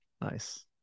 Nice